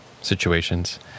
situations